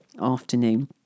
afternoon